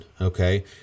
Okay